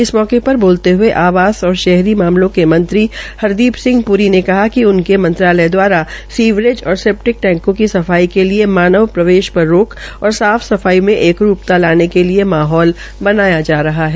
इस अवसर पर बोलते हये आवास और शहरी मामलों के मंत्री हरदीप सिंह प्री ने कहा कि उनके मंत्रालय दवारा सीवरेज और सेप्टिक टैकों की सफाई के लिए मानव प्रवेश पर रोक और साफ सफाई में एकरूपता लाने के लिए माहौल बनाया जा रहा है